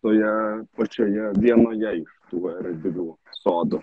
toje pačioje vienoje iš tų erdvių sodų